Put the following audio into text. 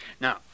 Now